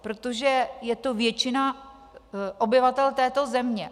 Protože je to většina obyvatel této země.